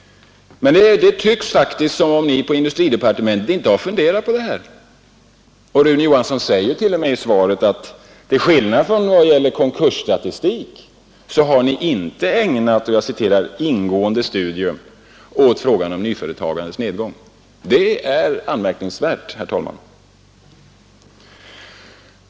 Men det tycks faktiskt som om man på industridepartementet inte har funderat på nyföretagandets problem. Statsrådet Rune Johansson säger t.o.m. i svaret att man, till skillnad från vad gäller konkursstatistik, inte har ägnat något ingående studium åt frågan om nyföretagandets nedgång. Detta är anmärkningsvärt.